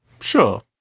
sure